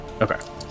Okay